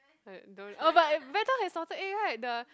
right don't oh but eh BreadTalk has salted egg right the